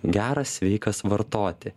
geras sveikas vartoti